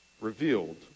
revealed